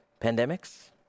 pandemics